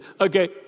Okay